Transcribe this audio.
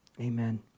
Amen